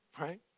Right